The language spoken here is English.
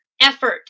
effort